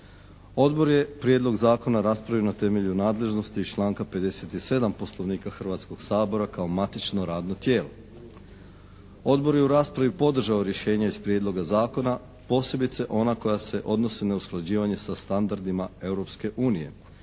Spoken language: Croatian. Odbor je prijedlog zakona raspravio na temelju nadležnosti iz članka 57. Poslovnika Hrvatskog sabora kao matično radno tijelo. Odbor je u raspravi podržao rješenje iz prijedloga zakona posebice ona koja se odnose na usklađivanje sa standardima